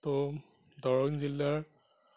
ত' দৰং জিলাৰ